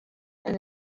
and